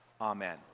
amen